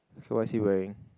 so what is he wearing